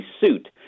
suit